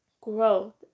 Growth